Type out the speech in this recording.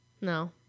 No